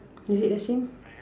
is it the same